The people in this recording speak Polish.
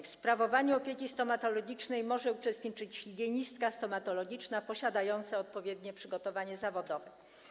W sprawowaniu opieki stomatologicznej może uczestniczyć higienistka stomatologiczna posiadająca odpowiednie przygotowanie zawodowe.